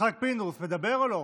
יצחק פינדרוס, מדבר או לא?